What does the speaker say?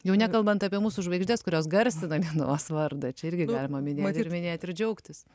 jau nekalbant apie mūsų žvaigždes kurios garsina lietuvos vardą čia irgi galima minėt ir minėt ir džiaugtis